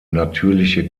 natürliche